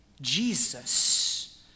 Jesus